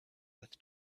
with